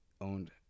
owned